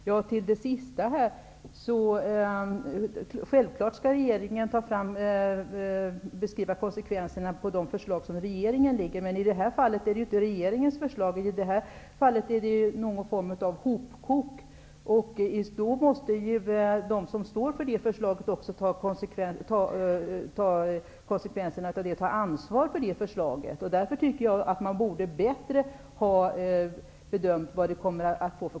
Herr talman! Regeringen skall självfallet beskriva konsekvenserna av de förslag som den lägger fram. Men i det här fallet är det inte regeringens förslag utan det är ett förslag i form av något slags hopkok. Då måste de som står för detta förslag också ta ansvar för det. Därför borde man ha gjort en bättre bedömning av konsekvenserna.